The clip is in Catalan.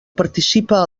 participa